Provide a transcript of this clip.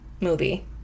movie